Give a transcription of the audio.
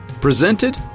presented